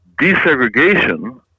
desegregation